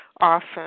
often